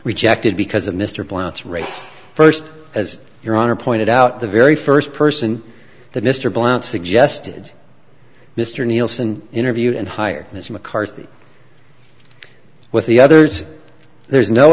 rejected because of mr blount's race first as your honor pointed out the very first person that mr blount suggested mr nielsen interviewed and hired as mccarthy with the others there's no